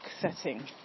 setting